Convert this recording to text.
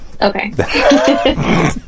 Okay